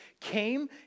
came